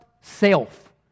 self